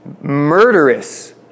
murderous